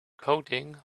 coding